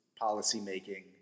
policymaking